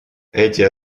эти